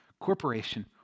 corporation